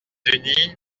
unis